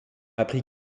appris